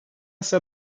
ise